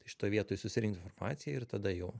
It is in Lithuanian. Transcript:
šitoj vietoj susirinkt informaciją ir tada jau